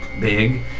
big